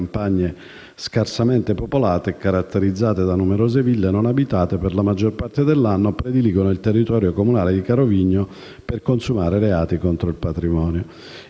campagne scarsamente popolate e caratterizzate da numerose ville non abitate per la maggior parte dell'anno prediligono il territorio comunale di Carovigno per consumare reati contro il patrimonio.